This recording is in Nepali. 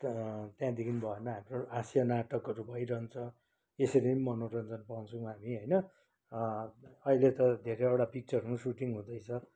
कर त्यहाँदेखि भएन हाम्रो हास्य नाटकहरू भइरहन्छ यसरी नै मनोरन्जन पाउँछौँ हामी होइन अहिले त धेरैवटा पिक्चरहरू पनि सुटिङ हुँदैछ